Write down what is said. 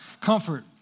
Comfort